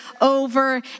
over